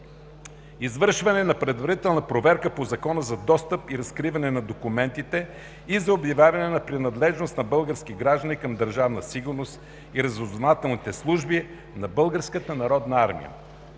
Извършване на предварителна проверка по Закона за достъп и разкриване на документите и за обявяване на принадлежност на български граждани към Държавна сигурност и разузнавателните служби на